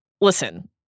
listen